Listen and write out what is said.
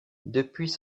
depuis